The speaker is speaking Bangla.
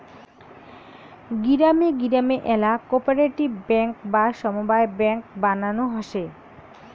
গিরামে গিরামে আল্যা কোপরেটিভ বেঙ্ক বা সমব্যায় বেঙ্ক বানানো হসে